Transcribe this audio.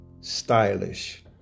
stylish